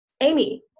Amy